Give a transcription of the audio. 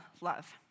love